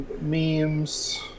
memes